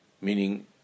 Meaning